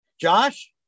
Josh